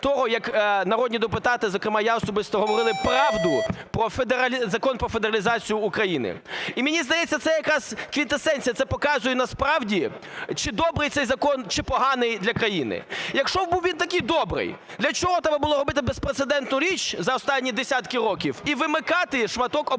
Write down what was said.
того, як народні депутати, зокрема я особисто, говорили правду Закон про федералізацію України. І мені здається, це якраз квінтесенція. Це показує насправді чи добрий цей закон, чи поганий для країни. Якщо був він такий добрий, для чого треба було робити безпрецедентну річ за останні десятки років і вимикати шматок